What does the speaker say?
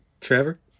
Trevor